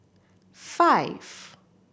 five